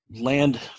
Land